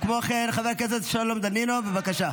כמו כן, חבר הכנסת שלום דנינו, בבקשה.